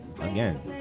again